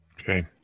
Okay